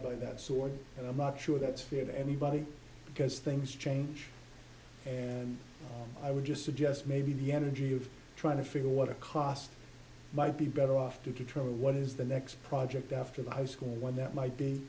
by that sword and i'm not sure that's fear that anybody because things change and i would just suggest maybe the energy of trying to figure what a cost might be better off to control what is the next project after the high school when that might be